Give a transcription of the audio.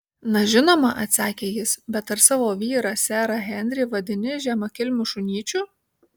na žinoma atsakė jis bet ar savo vyrą serą henrį vadini žemakilmiu šunyčiu